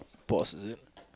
pause is it